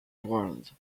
world